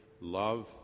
love